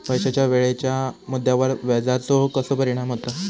पैशाच्या वेळेच्या मुद्द्यावर व्याजाचो कसो परिणाम होता